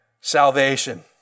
salvation